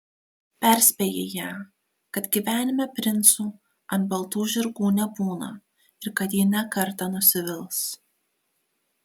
perspėji ją kad gyvenime princų ant baltų žirgų nebūna ir kad ji ne kartą nusivils